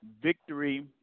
victory